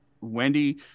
Wendy